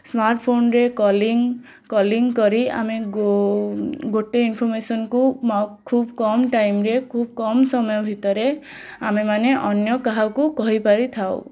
ସ୍ମାର୍ଟ୍ଫୋନ୍ରେ calling calling କରି ଆମେ ଗୋଟେ ଇନ୍ଫର୍ମେଶନ୍କୁ ଖୁବ୍ କମ୍ ଟାଇମ୍ରେ ଖୁବ୍ କମ୍ ସମୟ ଭିତରେ ଆମେମାନେ ଅନ୍ୟ କାହାକୁ କହିପରିଥାଉ